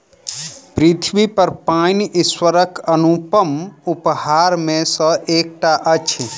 पृथ्वीपर पाइन ईश्वरक अनुपम उपहार मे सॅ एकटा अछि